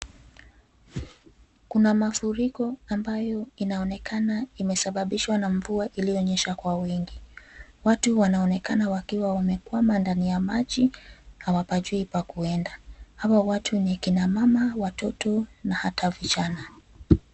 Kuna mafuriko ambayo inaonekana imesababishwa na mvua ilionyesha kwa wingi. Watu wanaonekana wakiwa wamekwama ndani ya maji na hawapajui pakuenda. Hawa watu ni kina mama , watoto na hata vijana.